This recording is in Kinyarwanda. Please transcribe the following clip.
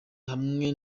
hamwe